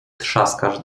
trzaskasz